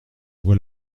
vois